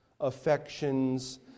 affections